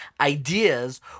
ideas